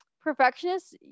perfectionists